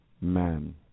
man